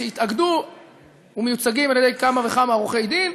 שהתאגדו ומיוצגים על-ידי כמה וכמה עורכי-דין.